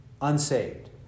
unsaved